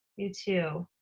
you too.